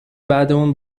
بعدمون